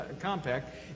Compact